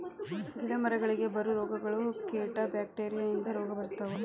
ಗಿಡಾ ಮರಗಳಿಗೆ ಬರು ರೋಗಗಳು, ಕೇಟಾ ಬ್ಯಾಕ್ಟೇರಿಯಾ ಇಂದ ರೋಗಾ ಬರ್ತಾವ